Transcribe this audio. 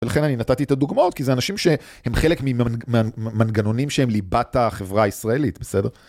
ולכן אני נתתי את הדוגמאות כי זה אנשים שהם חלק ממנגנונים שהם ליבת החברה הישראלית, בסדר?